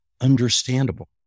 understandable